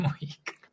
week